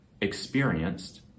experienced